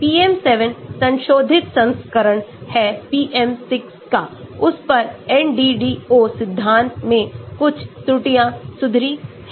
PM 7 संशोधित संस्करण है PM 6 का उस पर NDDO सिद्धांत में कुछ त्रुटियां सुधरी हैं